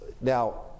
Now